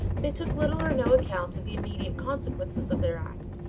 they took little or no account of the immediate consequences of their act,